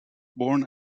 born